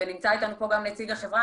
נמצא אתנו גם נציג החברה,